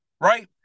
right